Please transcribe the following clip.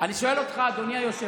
אני שואל אותך, אדוני היושב-ראש,